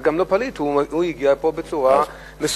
זה גם לא פליט, הוא הגיע לפה בצורה מסודרת.